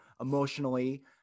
emotionally